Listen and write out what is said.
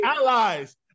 allies